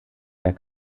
der